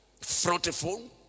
fruitful